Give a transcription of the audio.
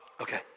okay